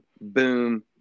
Boom